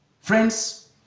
friends